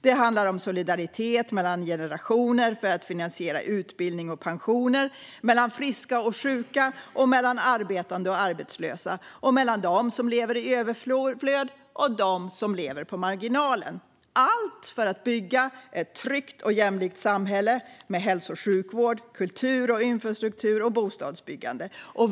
Det handlar om solidaritet mellan generationer för att finansiera utbildning och pensioner, mellan friska och sjuka, mellan arbetande och arbetslösa och mellan dem som lever i överflöd och dem som lever på marginalen - allt för att bygga ett tryggt och jämlikt samhälle med hälso och sjukvård, kultur, infrastruktur och bostadsbyggande.